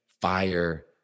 fire